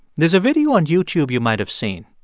there's a video on youtube you might have seen.